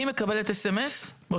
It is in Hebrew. אני מקבלת הודעת SMS עם קישור.